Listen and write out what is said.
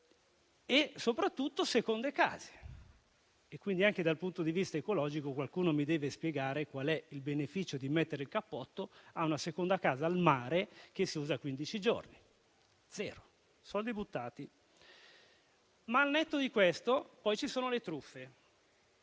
soprattutto le seconde case e quindi, anche dal punto di vista ecologico, qualcuno mi deve spiegare qual è il beneficio di mettere il cappotto termico a una seconda casa al mare che si usa quindici giorni l'anno: zero, soldi buttati. Al netto di questo, poi ci sono le truffe.